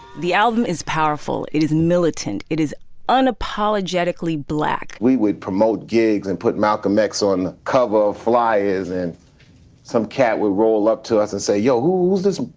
the album is powerful. it is militant. it is unapologetically black we would promote gigs and put malcolm x on the cover. fly is in some cat. we roll up to us and say, yo! who's this?